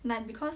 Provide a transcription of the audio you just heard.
like because